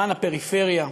למען הפריפריה,